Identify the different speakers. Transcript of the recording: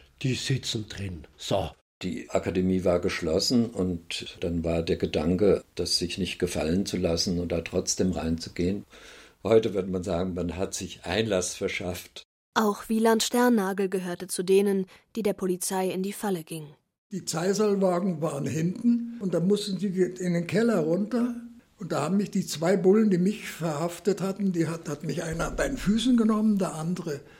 Speaker 1: Die sitzen drin. So.
Speaker 2: Die Akademie war geschlossen und dann war der Gedanke, das sich nicht gefallen zu lassen und da trotzdem reinzugehen. Heute würde man sagen, man hat sich Einlass verschafft.
Speaker 3: Auch Wieland Sternnagel gehörte zu denen, die der Polizei in die Falle gingen.
Speaker 4: Die Zeiserlwagen waren hinten und da mussten sie in den Keller runter. Und da haben mich die zwei Bullen, die mich verhaftet hatten, die hat- hat mich einer bei den Füßen genommen, der andere